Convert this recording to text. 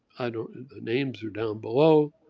i don't the names are down below,